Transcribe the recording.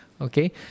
Okay